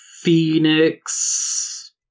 Phoenix